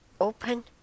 open